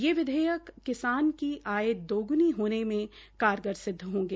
ये विधेयक किसान की आय दोग्नी होने में कारगर सिदध होंगे